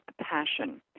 Passion